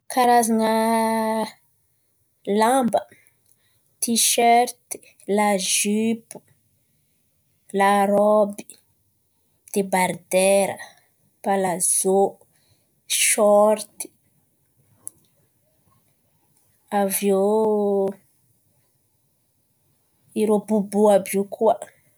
Karazan̈a lambà: Tisherty, lazipo, larôby, debardera, palazô, shorty. Avy eo, irô bobo àby io koa.